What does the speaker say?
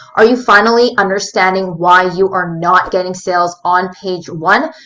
are you finally understanding why you are not getting sales on page one?